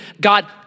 God